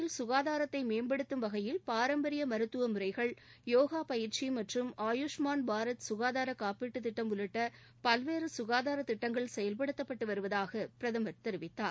க்காதாரத்தை மேம்படுத்தும் வகையில் நாட்டின் பாரம்பரிய மருத்துவ முறைகள் யோகா பயிற்சி மற்றும் ஆயுஷ்மாள் பாரத் க்காதார காப்பீட்டுத் திட்டம் உள்ளிட்ட பல்வேறு க்காதாரத்திட்டங்கள் செயல்படுத்தப்பட்டு வருவதாக பிரதமர் தெரிவித்தார்